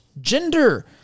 Gender